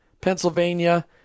Pennsylvania